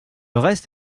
reste